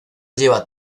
lleva